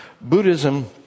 Buddhism